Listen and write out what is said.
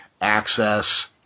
access